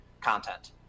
content